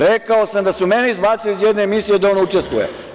Rekao sam da su mene izbacili iz jedne emisije da on učestvuje.